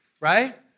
right